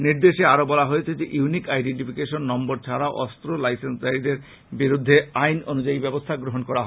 নির্দেশে আরো বলা হয়েছে যে ইউনিক আইডেনটিফিকেশন নম্বর ছাড়া অস্ত্র লাইসেন্সধারীদের বিরুদ্ধে আইন অনুযায়ী ব্যবস্থা গ্রহন করা হবে